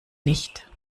nicht